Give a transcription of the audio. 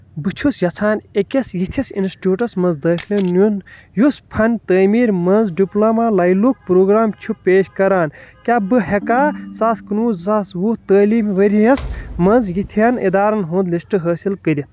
بہٕ چھُس یژھان أکِس یِتھِس اِنسٹِٹیوٗٹس مَنٛز داخلہٕ نِیُن یُس فن تعمیٖر مَنٛز ڈِپلوما لیولُک پروگرام چھُ پیش کران، کیاہ بہٕ ہیٚکا زٕ ساس کُنوُہ زٕ ساس وُہ تعلیٖمی ؤرۍ یَس مَنٛز یِتھٮ۪ن ادارن ہُنٛد لسٹ حٲصِل کٔرِتھ؟